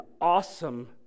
awesome